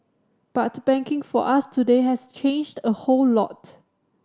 but banking for us today has changed a whole lot